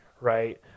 right